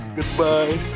Goodbye